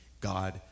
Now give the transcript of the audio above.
God